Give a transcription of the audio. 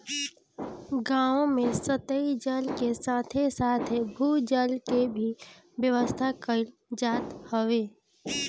गांव में सतही जल के साथे साथे भू जल के भी व्यवस्था कईल जात हवे